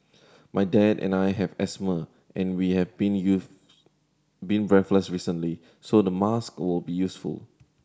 my dad and I have asthma and we have been use been breathless recently so the mask will be useful